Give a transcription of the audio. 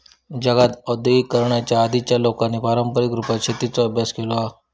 जगात आद्यिगिकीकरणाच्या आधीच्या लोकांनी पारंपारीक रुपात शेतीचो अभ्यास केलो हा